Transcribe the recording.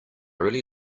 really